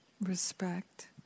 respect